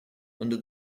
under